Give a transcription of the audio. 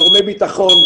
גורמי ביטחון,